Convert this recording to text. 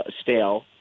stale